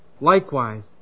Likewise